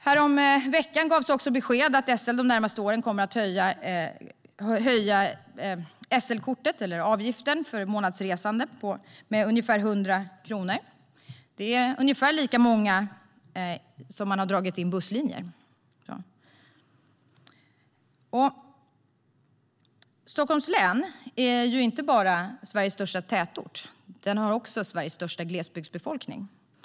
Häromveckan gavs det besked om att SL de närmaste åren kommer att höja avgiften för månadsresande med ungefär 100 kronor. Det är ungefär lika många busslinjer som man har dragit in. Stockholms län är inte bara Sveriges största tätort. Man har också Sveriges största glesbygdsbefolkning.